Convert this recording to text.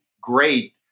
great